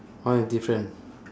one is different